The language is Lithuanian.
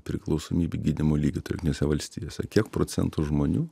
priklausomybių gydymo lygiu tai jungtinėse valstijose kiek procentų žmonių